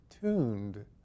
tuned